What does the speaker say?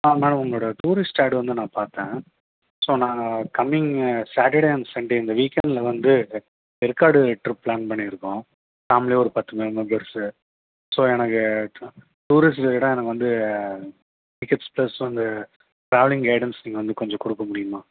ஆ madam உங்களோட tourist ad வந்து நான் பார்த்தேன் ஸோ நான் கம்மிங் சேட்டர்டே அண்ட் சண்டே இந்த வீக் எண்ட்டில வந்து ஏற்காடு ட்ரிப் ப்ளான் பண்ணிருக்கோம் ஃபேம்லியாக ஒரு பத்து மெம்பர்ஸு ஸோ எனக்கு டூரிஸ்ட் கெய்டாக எனக்கு வந்து பிக்கப் ப்ளஸ் வந்து ட்ராவலிங் கெய்டன்ஸ் நீங்கள் வந்து கொஞ்சம் கொடுக்க முடியுமா